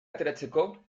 ateratzeko